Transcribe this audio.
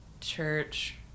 church